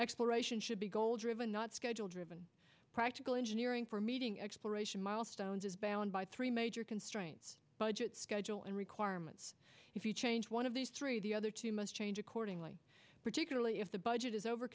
exploration should be goal driven not schedule driven practical engineering for meeting exploration milestones is bound by three major constraints budget schedule and requirements if you change one of these three the other two must change accordingly particularly if the budget is over